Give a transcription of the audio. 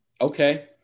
Okay